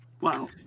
Wow